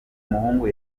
muhungu